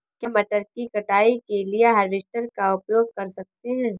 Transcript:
क्या मटर की कटाई के लिए हार्वेस्टर का उपयोग कर सकते हैं?